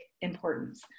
importance